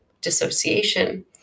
dissociation